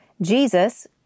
Jesus